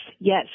yes